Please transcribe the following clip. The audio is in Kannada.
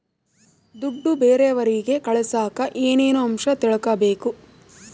ದುಡ್ಡು ಬೇರೆಯವರಿಗೆ ಕಳಸಾಕ ಏನೇನು ಅಂಶ ತಿಳಕಬೇಕು?